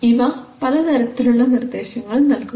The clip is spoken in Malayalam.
ഇവ പല തരത്തിലുള്ള നിർദ്ദേശങ്ങൾ നൽകുന്നു